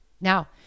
Now